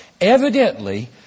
evidently